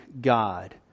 God